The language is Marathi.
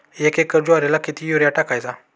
एक एकर ज्वारीला किती युरिया टाकायचा?